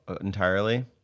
entirely